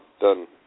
done